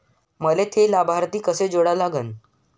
मले थे लाभार्थी कसे जोडा लागन?